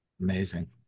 Amazing